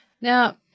Now